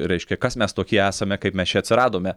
reiškia kas mes tokie esame kaip mes čia atsiradome